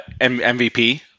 MVP